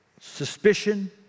suspicion